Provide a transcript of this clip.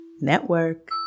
Network